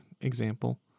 example